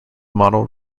model